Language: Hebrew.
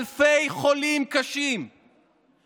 אלפי חולים קשים,